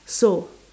so